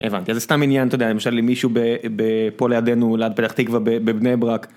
הבנתי זה סתם עניין אתה יודע למשל למישהו ב, ב, פה לידינו ליד פתח תקווה בבני ברק.